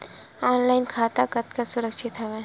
Online खाता कतका सुरक्षित हवय?